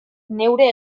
neure